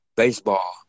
Baseball